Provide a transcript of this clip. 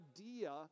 idea